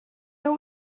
nhw